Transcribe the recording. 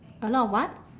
a lot of what